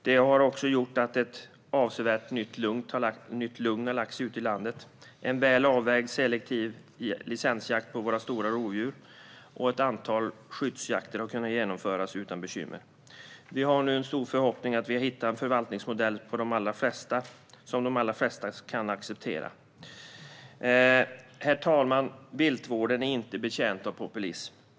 Det har också gjort att ett nytt lugn har lagt sig ute i landet. En väl avvägd, selektiv licensjakt på våra stora rovdjur och ett antal skyddsjakter har kunnat genomföras utan bekymmer. Vi har nu en stor förhoppning att vi har hittat en förvaltningsmodell som de allra flesta kan acceptera. Herr talman! Viltvården är inte betjänt av populism.